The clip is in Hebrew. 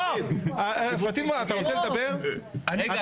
תן לנו